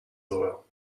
loyal